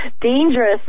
dangerous